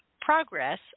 progress